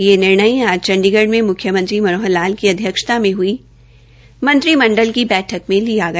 यह निर्णय आज चंडीगढ़ में म्ख्यमंत्री श्री मनोहर लाल की अध्यक्षता में हई मंत्रिमंडल की बैठक में लिया गया